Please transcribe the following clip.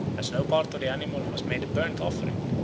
as no part of the animal was made a burnt-offering,